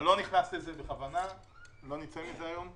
אני לא נכנס לזה בכוונה כי לא נצא מזה היום,